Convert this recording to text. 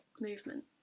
movement